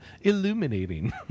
illuminating